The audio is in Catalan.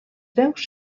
veus